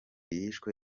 yishwe